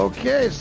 Okay